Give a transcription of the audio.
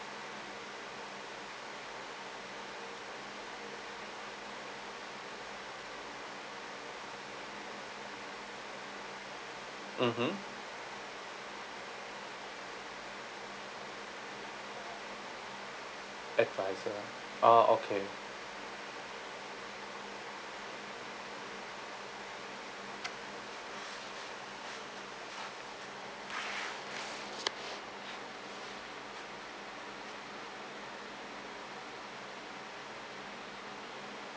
mmhmm adviser ah okay